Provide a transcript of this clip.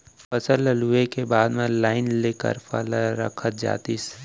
फसल ल लूए के बाद म लाइन ले करपा ल रखत जातिस